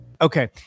okay